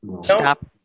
Stop